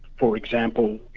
for example,